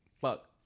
Fuck